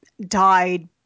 died